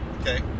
Okay